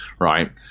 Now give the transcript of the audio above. right